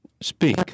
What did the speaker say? speak